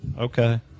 okay